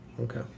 Okay